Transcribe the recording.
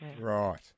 Right